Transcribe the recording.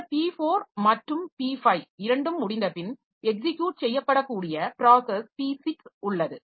இந்த P4 மற்றும் P5 இரண்டும் முடிந்தபின் எக்ஸிக்யுட் செய்யப்படக்கூடிய ப்ராஸஸ் P6 உள்ளது